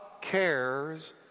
cares